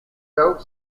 felt